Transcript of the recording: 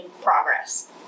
progress